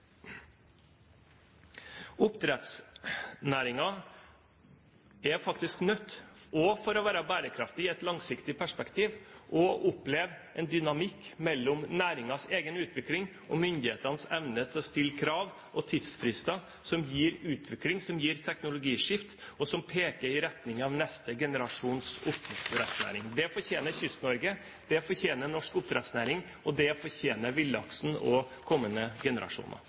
er faktisk nødt til også for å være bærekraftig i et langsiktig perspektiv å oppleve en dynamikk mellom næringens egen utvikling og myndighetenes evne til å stille krav og tidsfrister som gir utvikling, og som gir teknologskifte, og som peker i retning av neste generasjons oppdrettsnæring. Det fortjener Kyst-Norge, det fortjener norsk oppdrettsnæring, og det fortjener villaksen og kommende generasjoner.